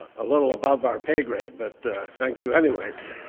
a little above our pay grade, but thank you anyways.